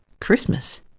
Christmas